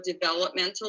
developmental